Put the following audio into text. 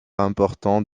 important